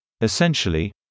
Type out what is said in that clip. Essentially